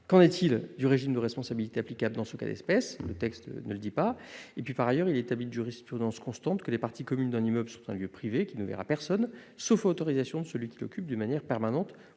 Qu'en est-il du régime de responsabilité applicable dans ce cas d'espèce ? Le texte ne le dit pas. Par ailleurs, il est établi par une jurisprudence constante que les parties communes d'un immeuble sont des lieux privés qui ne sont ouverts à personne, sauf autorisation de ceux qui les occupent de manière permanente